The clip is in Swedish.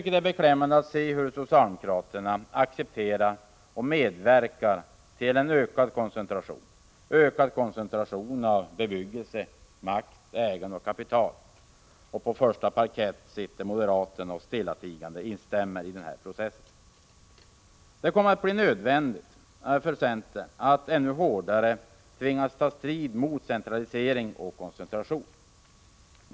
Det är beklämmande att se hur socialdemokraterna accepterar och medverkar till ökad koncentration av bebyggelse, makt, ägande och kapital. Och på första parkett sitter moderaterna och instämmer stillatigande i den här processen. Det kommer att bli nödvändigt för centern att ännu hårdare ta strid mot centralisering och koncentration.